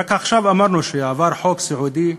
רק עכשיו אמרנו שעבר חוק סיעודי,